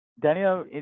Daniel